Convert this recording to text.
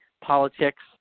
politics